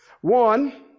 One